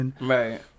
Right